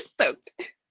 Soaked